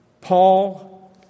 Paul